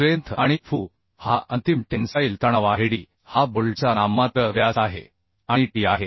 strength आणि fu हा अंतिम टेन्साईल तणाव आहे d हा बोल्टचा नाममात्र व्यास आहे आणि t आहे